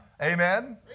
amen